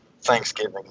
Thanksgiving